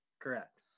Correct